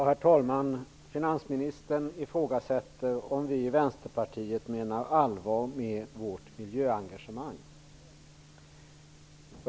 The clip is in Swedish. Herr talman! Finansministern ifrågasätter om vi i Vänsterpartiet menar allvar med vårt miljöengagemang.